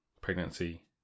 pregnancy